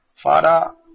Father